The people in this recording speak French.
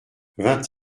vingt